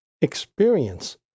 experience